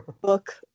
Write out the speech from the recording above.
book